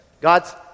God's